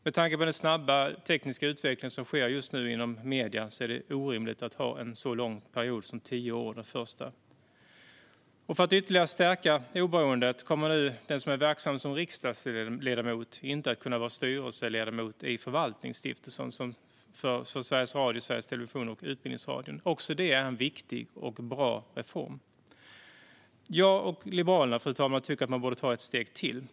Med tanke på den snabba tekniska utveckling som nu sker inom medierna vore det orimligt att ha en så lång period som tio år. För att ytterligare stärka oberoendet kommer nu den som är verksam som riksdagsledamot inte att kunna vara styrelseledamot i Förvaltningsstiftelsen för Sveriges Radio, Sveriges Television och Utbildningsradion. Också det är en viktig och bra reform. Fru talman! Jag och Liberalerna tycker att man borde ta ett steg till.